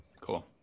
Cool